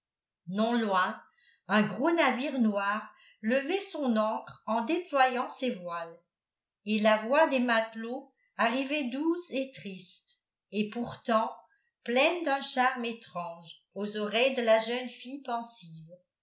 non loin un gros navire noir levait son ancre en déployant ses voiles et la voix des matelots arrivait douce et triste et pourtant pleine d'un charme étrange aux oreilles de la jeune fille pensive